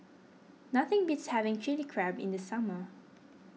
nothing beats having Chilli Crab in the summer